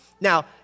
Now